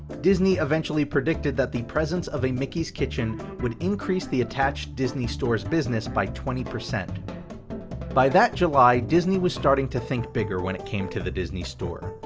disney eventually predicted that the presence of a mickey's kitchen would increase the attached disney store's business by twenty. by that july, disney was starting to think bigger when it came to the disney store,